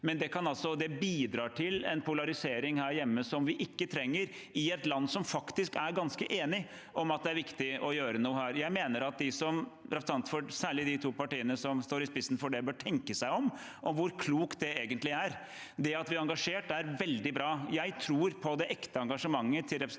feil, det bidrar til en polarisering her hjemme som vi ikke trenger i et land der man faktisk er ganske enige om at det er viktig å gjøre noe. Jeg mener at særlig de to partiene som står i spissen for det, bør tenke seg om når det gjelder hvor klokt det egentlig er. Det at vi er engasjert, er veldig bra. Jeg tror på det ekte engasjementet til representantene